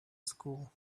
school